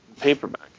paperback